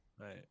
Right